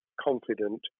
confident